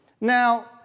Now